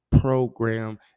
program